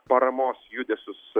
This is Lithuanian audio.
paramos judesius